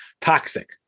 toxic